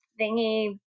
thingy